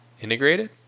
integrated